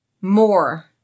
more